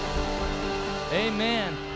amen